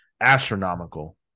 astronomical